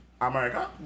America